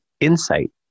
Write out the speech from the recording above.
insight